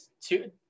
Two